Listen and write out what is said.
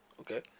Okay